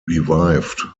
revived